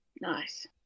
nice